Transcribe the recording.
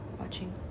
watching